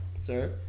Sir